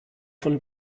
von